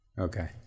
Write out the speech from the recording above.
Okay